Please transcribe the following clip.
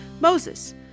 Moses